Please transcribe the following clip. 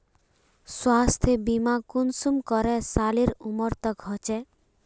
स्वास्थ्य बीमा कुंसम करे सालेर उमर तक होचए?